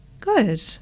Good